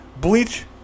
Bleach